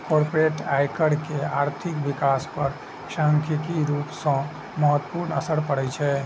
corporate आयकर के आर्थिक विकास पर सांख्यिकीय रूप सं महत्वपूर्ण असर पड़ै छै